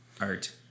art